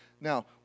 Now